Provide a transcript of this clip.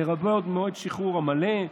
לרבות מועד שחרורו המלא,